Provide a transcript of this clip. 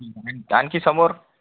आणखी समोर